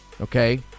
Okay